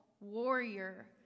warrior